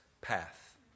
path